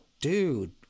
dude